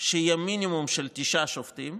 שיהיה מינימום של תשעה שופטים.